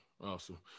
Awesome